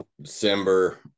december